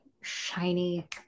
shiny